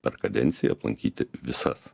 per kadenciją aplankyti visas